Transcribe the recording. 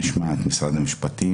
נשמע את משרד המשפטים,